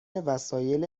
وسایل